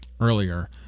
earlier